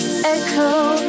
Echo